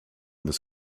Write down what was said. this